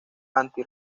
anti